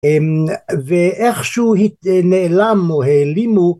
ואיכשהו הת.. נעלם או העלימו